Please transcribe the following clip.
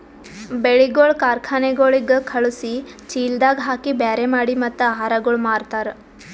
ಬೆಳಿಗೊಳ್ ಕಾರ್ಖನೆಗೊಳಿಗ್ ಖಳುಸಿ, ಚೀಲದಾಗ್ ಹಾಕಿ ಬ್ಯಾರೆ ಮಾಡಿ ಮತ್ತ ಆಹಾರಗೊಳ್ ಮಾರ್ತಾರ್